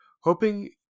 hoping